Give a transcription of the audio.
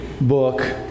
book